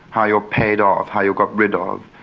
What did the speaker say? how you are paid off, how you are got rid ah of,